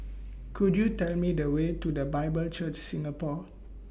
Could YOU Tell Me The Way to The Bible Church Singapore